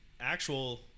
actual